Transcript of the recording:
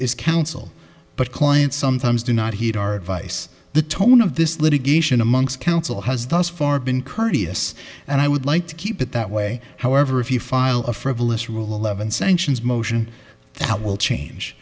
is counsel but clients sometimes do not heed our vice the tone of this litigation amongst counsel has thus far been courteous and i would like to keep it that way however if you file a frivolous rule eleven sanctions motion that will change